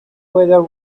whether